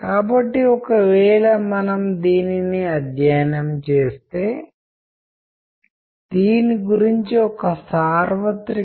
కాబట్టి మనము ఈ మోడళ్ల వివరాలకు వెళ్లము కానీ త్వరిత పరిశీలన సరిపోతుంది